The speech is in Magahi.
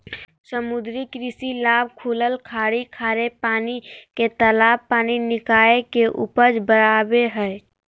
समुद्री कृषि लाभ खुलल खाड़ी खारे पानी के तालाब पानी निकाय के उपज बराबे हइ